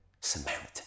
Samaritan